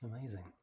Amazing